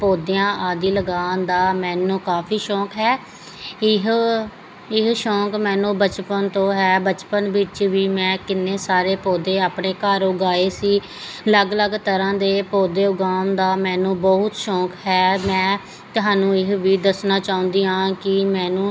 ਪੌਦਿਆਂ ਆਦਿ ਲਗਾਉਣ ਦਾ ਮੈਨੂੰ ਕਾਫ਼ੀ ਸ਼ੌਕ ਹੈ ਇਹ ਇਹ ਸ਼ੌਕ ਮੈਨੂੰ ਬਚਪਨ ਤੋਂ ਹੈ ਬਚਪਨ ਵਿੱਚ ਵੀ ਮੈਂ ਕਿੰਨੇ ਸਾਰੇ ਪੌਦੇ ਆਪਣੇ ਘਰ ਉਗਾਏ ਸੀ ਅਲੱਗ ਅਲੱਗ ਤਰ੍ਹਾਂ ਦੇ ਪੌਦੇ ਉਗਾਉਣ ਦਾ ਮੈਨੂੰ ਬਹੁਤ ਸ਼ੌਕ ਹੈ ਮੈਂ ਤੁਹਾਨੂੰ ਇਹ ਵੀ ਦੱਸਣਾ ਚਾਹੁੰਦੀ ਹਾਂ ਕਿ ਮੈਨੂੰ